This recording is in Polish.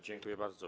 Dziękuję bardzo.